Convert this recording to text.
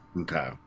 okay